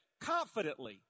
confidently